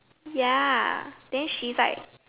ya then she's like